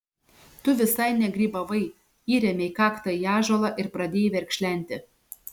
tu visai negrybavai įrėmei kaktą į ąžuolą ir pradėjai verkšlenti